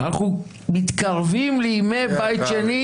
אנחנו מתקרבים לימי בית שני.